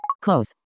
Close